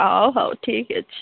ହଉ ହଉ ଠିକ୍ ଅଛି